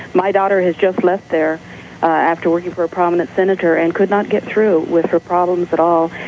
my daughter has just left there after working for a prominent senator and could not get through with her problems at all.